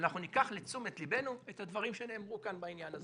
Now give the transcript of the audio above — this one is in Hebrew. ואנחנו ניקח לתשומת לבנו את הדברים שנאמרו כאן בעניין הזה.